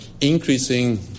increasing